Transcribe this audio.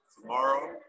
Tomorrow